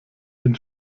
den